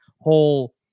whole